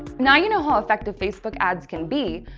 now you know how effective facebook ads can be,